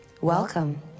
Welcome